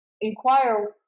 inquire